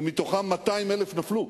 ומתוכם 200,000 נפלו.